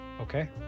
Okay